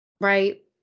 Right